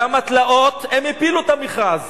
באמתלאות הם הפילו את המכרז.